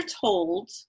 told